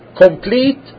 complete